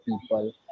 people